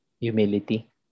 humility